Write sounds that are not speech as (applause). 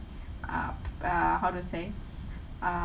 uh uh how to say (breath) err